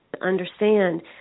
understand